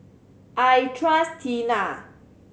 I trust Tena